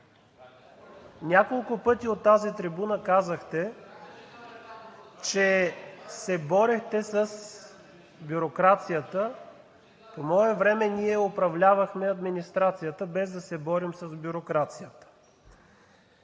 Няколко пъти от тази трибуна казахте, че се борехте с бюрокрацията. По мое време ние управлявахме администрацията, без да се борим с бюрокрацията.